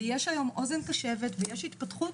ויש היום אוזן קשבת ויש התפתחות,